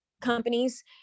companies